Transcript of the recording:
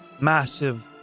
massive